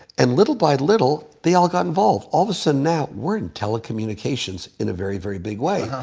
and little by little, they all got involved. all of a sudden, now we're in telecommunications in a very, very big way.